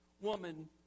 woman